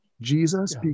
Jesus